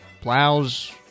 plows